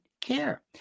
care